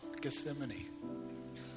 Gethsemane